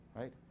right